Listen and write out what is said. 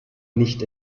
nicht